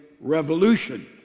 revolution